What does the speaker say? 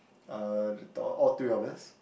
uh all three of us